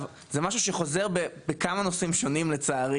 זה עניין שחוזר בכמה נושאים שונים לצערי